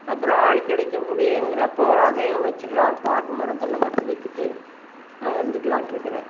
அப்புறம் ஆள் கிடைக்க முடியலைங்குறப்போ அதே வச்சுக்குலாம் பாக்கு மரம் தென்னை மரத்தையும் வச்சுட்டு இருந்துக்கலான்ட்டு இருக்கிறேன்